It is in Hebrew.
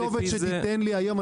כל כתובת שתיתן לי היום,